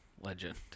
legend